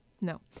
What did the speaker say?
no